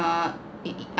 err it it